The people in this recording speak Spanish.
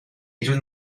ellos